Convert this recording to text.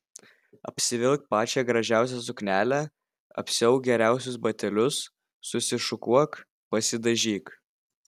apsivilk pačią gražiausią suknelę apsiauk geriausius batelius susišukuok pasidažyk